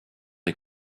est